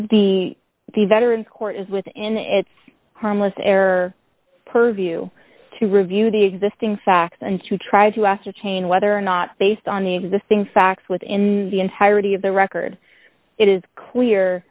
the the veterans court is within its harmless error purview to review the existing facts and to try to ascertain whether or not based on the existing facts within the entirety of the record it is clear